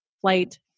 flight